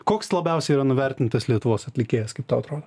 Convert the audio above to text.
koks labiausiai yra nuvertintas lietuvos atlikėjas kaip tau atrodo